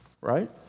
right